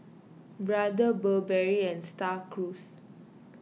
Brother Burberry and Star Cruise